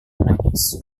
menangis